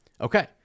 okay